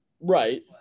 Right